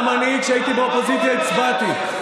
גם אני כשהייתי באופוזיציה הצבעתי.